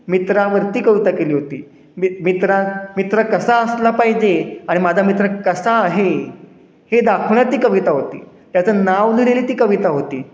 मित्रावरती कविता केली होती मी मित्रात मित्र कसा असला पाहिजे आणि माझा मित्र कसा आहे हे दाखवण्यात ती कविता होती त्याचं नाव लिहिलेली ती कविता होती